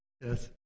Yes